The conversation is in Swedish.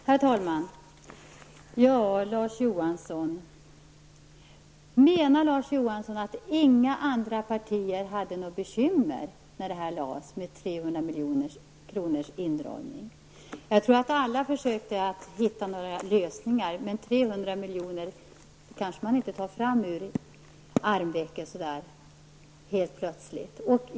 Herr talman! Menar Larz Johansson att inga andra partier hade några bekymmer när förslaget om en besparing på 300 milj.kr. lades fram. Jag tror att alla försökte finna lösningar, men 300 milj.kr. tar man kanske inte fram helt plötsligt ur rockärmen.